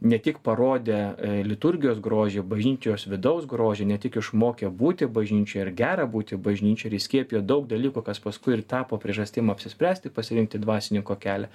ne tik parodė liturgijos grožį bažnyčios vidaus grožį ne tik išmokė būti bažnyčioje ar gera būti bažnyčioj ir įskiepijo daug dalykų kas paskui ir tapo priežastim apsispręsti pasirinkti dvasininko kelią